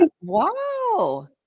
Wow